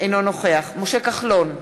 אינו נוכח משה כחלון,